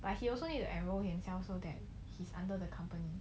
but he also need to enroll himself so that he's under the company